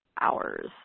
hours